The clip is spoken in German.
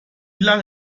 lang